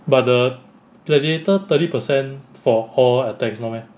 but the gladiator thirty percent for all attacks not meh